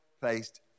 placed